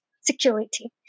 security